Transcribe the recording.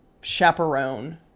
chaperone